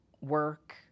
work